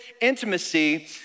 intimacy